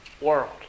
world